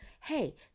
Hey